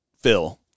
Phil